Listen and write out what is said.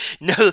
no